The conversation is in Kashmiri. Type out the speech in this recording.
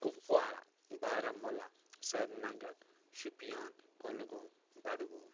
کُپوارہ بارہمولہ سریٖنگَر شُپیان کۄلگوم بڈٕگوم